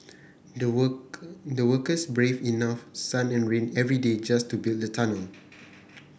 the worker the workers braved enough sun and rain every day just to build the tunnel